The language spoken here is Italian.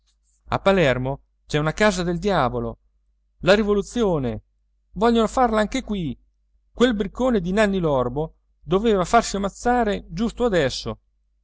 a palermo c'è un casa del diavolo la rivoluzione vogliono farla anche qui quel briccone di nanni l'orbo doveva farsi ammazzare giusto adesso